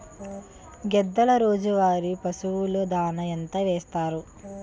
గేదెల రోజువారి పశువు దాణాఎంత వేస్తారు?